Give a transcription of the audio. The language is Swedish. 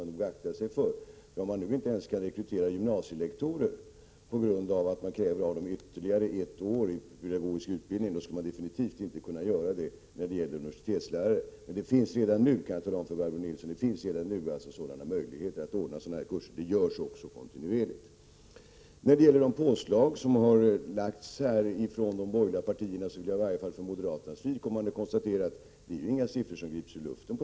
1987/88:104 När man nu inte ens kan rekrytera gymnasielektorer på grund av kravet på 20 april 1988 ytterligare ett års pedagogisk utbildning, borde man definitivt inte heller kunna kräva detta när det gäller universitetslärare. Jag kan tala om för Barbro Nilsson att det redan nu finns möjligheter att anordna kurser i pedagogik, vilket också kontinuerligt görs. Beträffande de påslag som det har framlagts förslag om från de borgerliga partierna vill jag åtminstone för moderaternas vidkommande konstatera att påslagen inte grundar sig på några siffror som gripits ur luften.